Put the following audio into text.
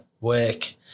work